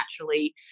naturally